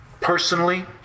personally